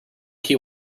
key